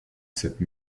cette